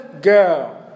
girl